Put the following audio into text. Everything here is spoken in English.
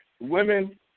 women